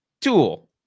tool